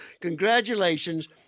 congratulations